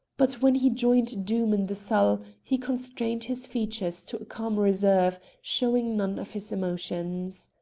but when he joined doom in the salle he constrained his features to a calm reserve, showing none of his emotions.